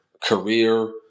career